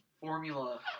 formula